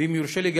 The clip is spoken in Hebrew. ואם יורשה לי,